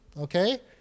okay